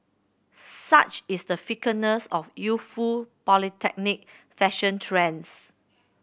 such is the fickleness of youthful polytechnic fashion trends